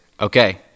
Okay